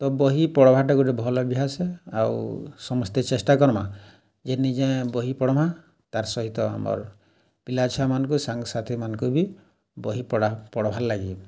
ତ ବହି ପଢ଼୍ବାର୍ଟା ଗୁଟେ ଭଲ୍ ଅଭ୍ୟାସ୍ ଆଏ ଆଉ ସମସ୍ତେ ଚେଷ୍ଟା କର୍ମା ଯେ ନିଜେ ବହି ପଢ଼୍ମା ତାର୍ ସହିତ ଆମର୍ ପିଲାଛୁଆମାନ୍ଙ୍କୁ ସାଙ୍ଗସାଥିମାନ୍ଙ୍କୁ ବି ବହି ପଢା ପଢ଼୍ବାର୍ ଲାଗି